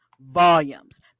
Volumes